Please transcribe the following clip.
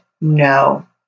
No